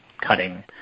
cutting